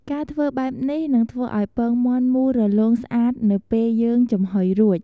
ការធ្វើបែបនេះនឹងធ្វើឲ្យពងមាន់មូលរលោងស្អាតនៅពេលយើងចំហុយរួច។